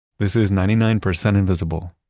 this is ninety nine percent invisible.